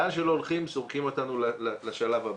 לאן שלא הולכים, זורקים אותנו לשלב הבא.